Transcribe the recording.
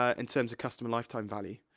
ah in terms of customer lifetime value.